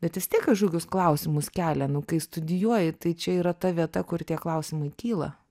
bet vis tiek kažkokius klausimus kelia nu kai studijuoji tai čia yra ta vieta kur tie klausimai kyla